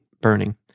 burning